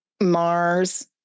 Mars